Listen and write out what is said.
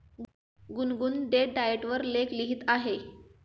गुनगुन date diet वर लेख लिहित आहे